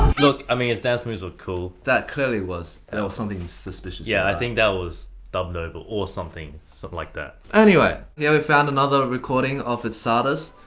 look, i mean his dance moves look cool. that clearly was there was something suspicious. yeah, i think that was dubbed over or something something like that. anyway. here we found another recording of his czardas.